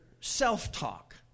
self-talk